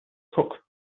cook